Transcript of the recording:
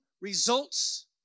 results